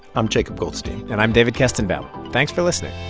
i'm jacob goldstein and i'm david kestenbaum. thanks for listening